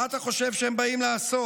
מה אתה חושב שהם באים לעשות?